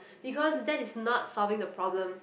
because that is not solving the problem